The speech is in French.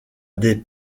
des